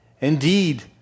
indeed